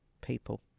people